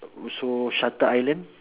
also shutter island